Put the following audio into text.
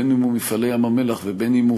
בין אם הוא "מפעלי ים-המלח" ובין אם הוא